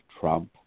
Trump